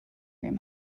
room